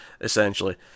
essentially